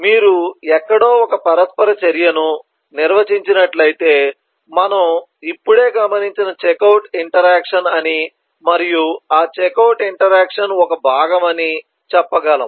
మీరు ఎక్కడో ఒక పరస్పర చర్యను నిర్వచించినట్లయితే మనము ఇప్పుడే గమనించిన చెక్అవుట్ ఇంటరాక్షన్ అని మరియు ఆ చెక్అవుట్ ఇంటరాక్షన్ ఒక భాగం అని చెప్పగలను